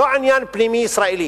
ולא בעניין פנימי ישראלי.